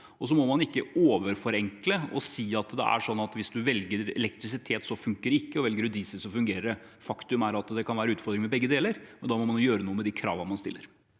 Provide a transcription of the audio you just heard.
går. Man må ikke overforenkle og si at det er sånn at hvis man velger elektrisitet, så funker det ikke, og velger man diesel, så fungerer det. Faktum er at det kan være utfordringer med begge deler, og da må man gjøre noe med de kravene man stiller.